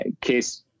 case